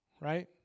Right